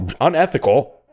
unethical